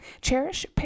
Cherish